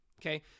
okay